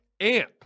AMP